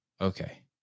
okay